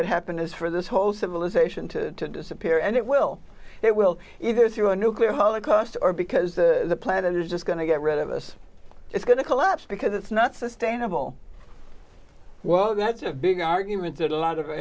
could happen is for this whole civilization to disappear and it will it will either through a nuclear holocaust or because the planet is just going to get rid of us it's going to collapse because it's not sustainable well that's a big argument that a lot of